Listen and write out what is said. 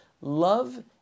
Love